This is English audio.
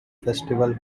festival